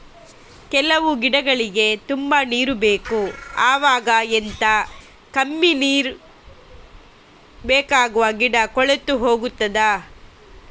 ಕೆಲವು ಗಿಡಗಳಿಗೆ ತುಂಬಾ ನೀರು ಬೇಕು ಅವಾಗ ಎಂತ, ಕಮ್ಮಿ ನೀರು ಬೇಕಾಗುವ ಗಿಡ ಕೊಳೆತು ಹೋಗುತ್ತದಾ?